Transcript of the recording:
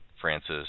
Francis